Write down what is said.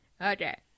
Okay